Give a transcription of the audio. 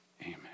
Amen